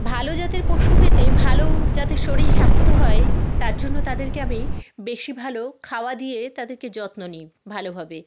ভালো জাতের পশু পেতে ভালো যাতে শরীর স্বাস্থ্য হয় তার জন্য তাদেরকে আমি বেশি ভালো খাওয়া দিয়ে তাদেরকে যত্ন নিই ভালোভাবে